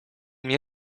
mnie